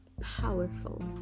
powerful